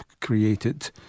created